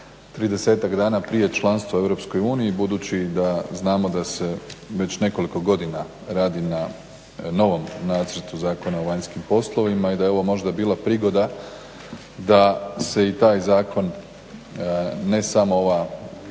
dana prije članstva u EU i budući da znamo da se već nekoliko godina radi na novom nacrtu Zakona o vanjskim poslovima i da je ovo možda bila prigoda da se i taj zakon ne samo ova